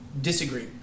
disagree